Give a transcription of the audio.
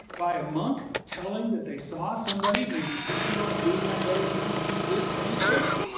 by a monk, telling that they saw somebody, maybe tischendorf, doing that very thing to this manuscript?